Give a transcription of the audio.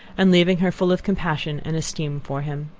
and leaving her full of compassion and esteem for him.